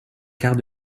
quarts